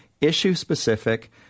issue-specific